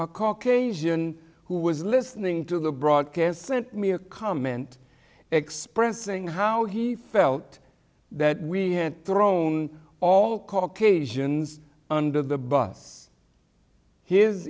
a caucasian who was listening to the broadcast sent me a comment expressing how he felt that we had thrown all caucasians under the bus his